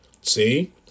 See